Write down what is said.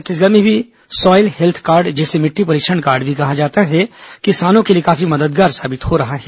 छत्तीसगढ़ में भी soil health card जिसे मिट्टी परीक्षण कार्ड भी कहा जाता है किसानों के लिए काफी मददगार साबित हो रहा है